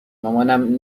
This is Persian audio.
مامانم